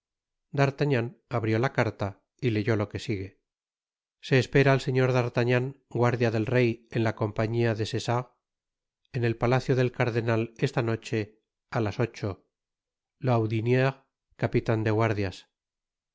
eminencia d'artagnan abrió la carta y leyó lo que sigue se espera al señor d'artagnan guardia del rey en la compañía de essarts en el palacio del cardenal esta noche á las ocho lahoudisuebe capitán de guardias